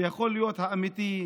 ויכול להיות האמיתי,